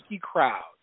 crowd